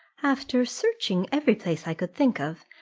after searching every place i could think of,